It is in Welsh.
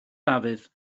dafydd